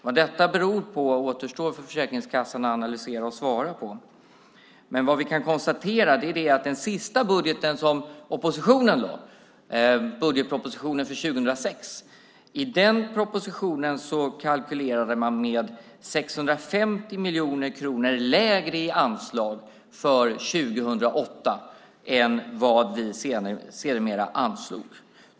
Vad det beror på återstår för Försäkringskassan att analysera och svara på, men vi kan konstatera att i den sista budget som oppositionen lade fram, budgetpropositionen för 2006, kalkylerade man med ett anslag som var 650 miljoner kronor lägre för 2008 än vad vi sedermera anslog.